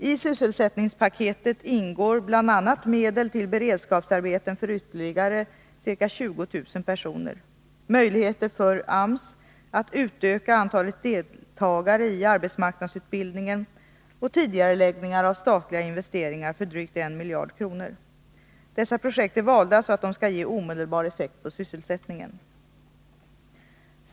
I sysselsättningspaketet ingår bl.a. medel till beredskapsarbeten för ytterligare ca 20 000 personer, möjligheter för AMS att utöka antalet deltagare i arbetsmarknadsutbildningen och tidigareläggningar av statliga investeringar för drygt 1 miljard kronor. Dessa projekt är valda så att de skall ge omedelbar effekt på sysselsättningen.